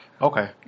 Okay